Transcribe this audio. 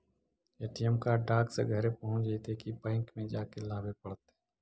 ATM card डाक से घरे पहुँच जईतै कि बैंक में जाके लाबे पड़तै?